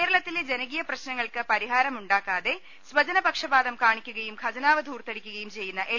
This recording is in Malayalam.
കേരളത്തിലെ ജനകീയ പ്രശ്നങ്ങൾക്ക് പരിഹാരമുണ്ടാക്കാതെ സ്വജനപക്ഷപാതം കാണിക്കുകയും ഖജനാവ് ധൂർത്തടിക്കുകയും ചെയ്യുന്ന എൽ